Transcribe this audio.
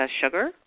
sugar